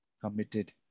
Committed